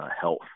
health